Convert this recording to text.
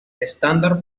estándar